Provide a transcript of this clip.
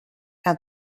and